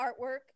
artwork